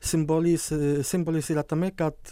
simbolis simbolis yra tame kad